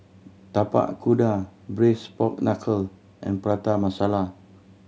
Tapak Kuda Braised Pork Knuckle and Prata Masala